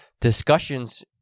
discussions